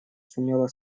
сумела